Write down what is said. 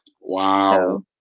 Wow